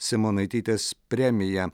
simonaitytės premija